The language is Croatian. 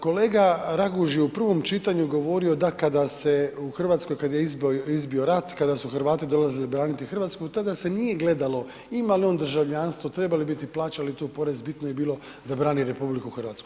Kolega Raguž je u prvom čitanju govorio da kada se u Hrvatskoj, kada je izbio rat, kada su Hrvati dolazili braniti Hrvatsku, tada se nije gledalo ima li on državljanstvo, treba li biti, plaća li tu porez, bitno je bilo da brani RH.